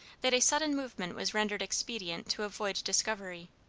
that a sudden movement was rendered expedient to avoid discovery.